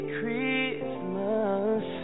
Christmas